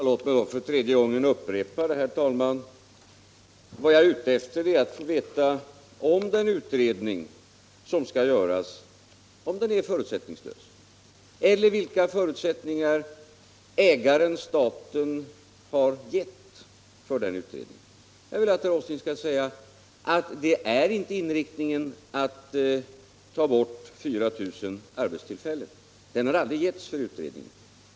Herr talman! Låt mig för tredje gången upprepa: Vad jag är ute efter är att få veta om den utredning som skall>göras är förutsättningslös, eller vilka förutsättningar ägaren/staten har gett utredningen. Jag vill att herr Åsling skall säga att inriktningen inte är att ta bort 4000 arbetstillfällen — att det direktivet aldrig har getts utredningen.